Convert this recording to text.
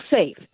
safe